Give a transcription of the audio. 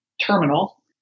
terminal